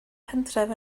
pentref